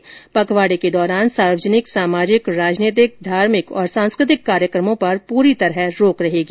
इस पखवाडे के दौरान सार्वजनिक सामाजिक राजनीतिक धार्मिक और सांस्कृतिक कार्यक्रमों पर पूर्णतया रोक रहेगी